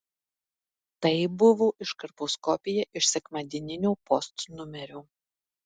tai buvo iškarpos kopija iš sekmadieninio post numerio